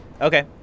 Okay